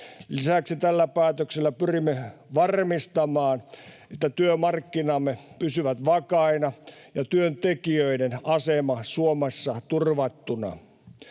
Lisäksi tällä päätöksellä pyrimme varmistamaan, että työmarkkinamme pysyvät vakaina ja työntekijöiden asema Suomessa turvattuna.